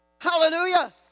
Hallelujah